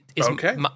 Okay